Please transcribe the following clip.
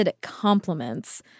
compliments